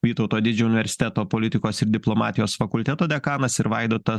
vytauto didžiojo universiteto politikos ir diplomatijos fakulteto dekanas ir vaidotas